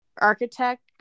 architect